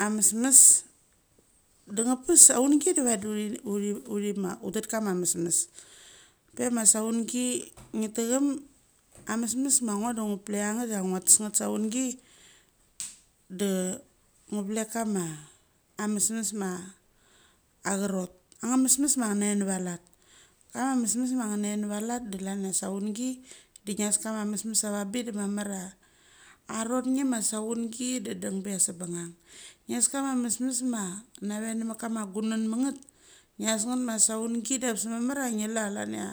Amesmes dengepes saungi vadi uthi ma utet kam mesmes. Pe ma saungi ngi techam, a mesmes ma ngo de ngu plekcha ngat chia ngua tesh ngat saungi de ngu vlek kama amesmes ma acharot. A nga mesmes marave nera lat de chlan chia saungi de ngias kama mesmes avangbik. Da mamar chia acha rot nge ma saungi de deng petha sebengang. Ngias kama mesmes ma nave namet kamagunan mat ngat, ngias nget ma saungi da abes mamar chia ngi lu chia klan chia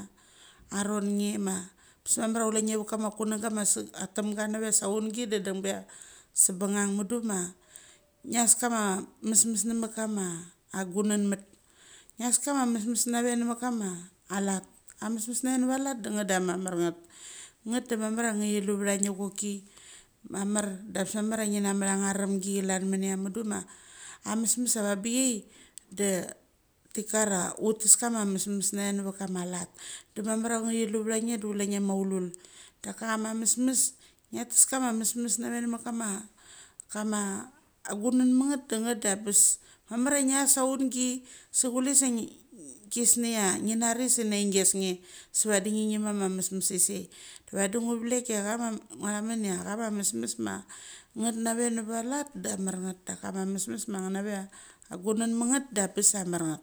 aron nge ma. Abes mamar chia chule nge chunanga ma asegek ma temga nave chia saungi de dang be chia sebangang mandu ma ngias kama mesmes nemat kamat a gunang mat ngat. Ngias kama mesmes nave navet kama lat. Amesmes nave nge valat de ngat dama mar ngat. Ngat dema mar chia chilu vecha nge choki mamar ngebes mamar thia ngi na matha cha remgi klan mania. Mundu ma amesmes avangbichai de teahuar chia utes kama mesmes nave ngevet kama lat. De mamar chia nge thitlu vetha nge de chule nge maulul. Daka ma mesmes nave namat kama gunan mat ngat de ngat dades mamar chia ngias saungi sechu chisnia ngnari se ngi gas nge. Se vadi ngi ngim ama mesmes ma ngat nave na valat damar ngat. Daka mesmes ma ngat nave chia guang mat ngat dabes chia mer ngat.